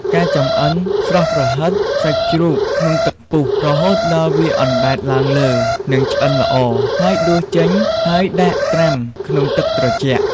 ការចំអិន ស្រុះប្រហិតសាច់ជ្រូកក្នុងទឹកពុះរហូតដល់វាអណ្តែតឡើងលើ និងឆ្អិនល្អ ហើយដួសចេញហើយដាក់ត្រាំក្នុងទឹកត្រជាក់។